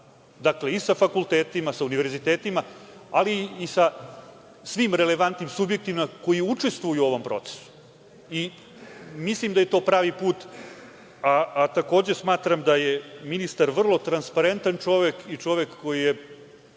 dakle, i sa fakultetima, sa univerzitetima, ali i sa svim relevantnim subjektima koji učestvuju u ovom procesu. Mislim da je to pravi put. Takođe smatram da je ministar vrlo transparentan čovek i čovek koji je